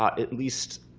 um at least,